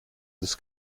this